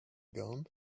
gone